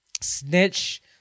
snitch